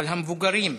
אבל המבוגרים,